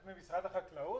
אני ממשרד החקלאות.